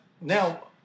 now